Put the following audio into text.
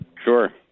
Sure